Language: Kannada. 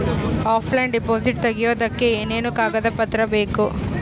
ಆಫ್ಲೈನ್ ಡಿಪಾಸಿಟ್ ತೆಗಿಯೋದಕ್ಕೆ ಏನೇನು ಕಾಗದ ಪತ್ರ ಬೇಕು?